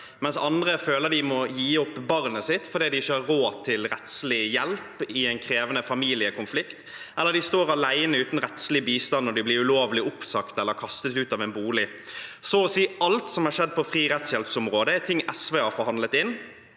mens andre føler de må gi opp barnet sitt fordi de ikke har råd til rettslig hjelp i en krevende familiekonflikt, eller de står alene uten rettslig bistand når de blir ulovlig oppsagt eller kastet ut av en bolig. Så å si alt som har skjedd på fri rettshjelp-området, er ting SV har forhandlet inn: